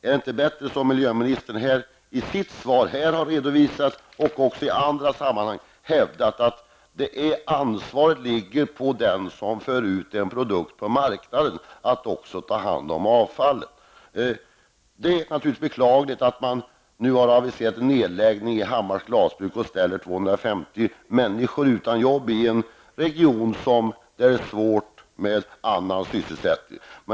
Är det inte bättre att, som miljöministern har redovisat i sitt svar och även i andra sammanhang hävdat, ansvaret för att ta hand om avfallet ligger på den som för ut en produkt på marknaden? Det är naturligtvis beklagligt att man har aviserat en nedläggning av glasbruket i Hammar och därmed ställer 250 människor utan jobb i en region där det är svårt med annan sysselsättning.